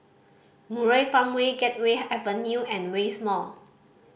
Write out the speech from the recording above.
Murai Farmway Gateway Avenue and West Mall